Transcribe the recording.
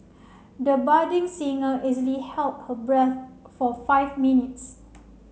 the budding singer easily held her breath for five minutes